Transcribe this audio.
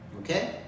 Okay